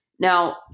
Now